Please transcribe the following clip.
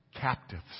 Captives